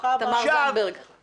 מיכל, ברוכה הבאה לכנסת.